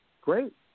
great